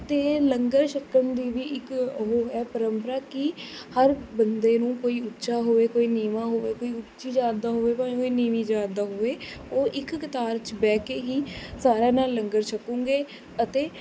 ਅਤੇ ਲੰਗਰ ਛਕਣ ਦੀ ਵੀ ਇੱਕ ਉਹ ਹੈ ਪ੍ਰੰਪਰਾ ਕਿ ਹਰ ਬੰਦੇ ਨੂੰ ਕੋਈ ਉੱਚਾ ਹੋਵੇ ਕੋਈ ਨੀਵਾਂ ਹੋਵੇ ਕੋਈ ਉੱਚੀ ਜਾਤ ਦਾ ਹੋਵੇ ਭਾਵੇਂ ਕੋਈ ਨੀਵੀਂ ਜਾਤ ਦਾ ਹੋਵੇ ਉਹ ਇੱਕ ਕਤਾਰ 'ਚ ਬਹਿ ਕੇ ਹੀ ਸਾਰਿਆਂ ਨਾਲ ਲੰਗਰ ਛਕੂੰਗੇ ਅਤੇ